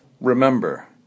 Remember